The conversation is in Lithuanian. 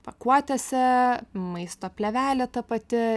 pakuotėse maisto plėvelė ta pati